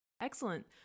Excellent